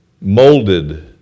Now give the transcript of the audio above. molded